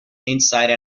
inside